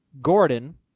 Gordon